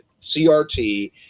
CRT